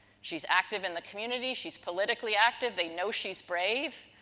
she's active in the community, she's politically active, they know she's brave.